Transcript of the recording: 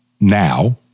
now